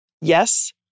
Yes